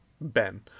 Ben